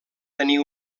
tenir